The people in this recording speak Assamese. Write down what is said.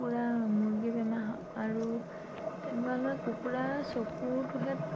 কুকুৰা মুৰ্গী বেমাৰ হয় আৰু তেনেকুৱা মানে কুকুৰা চকুটোহেঁত